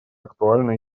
актуально